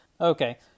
okay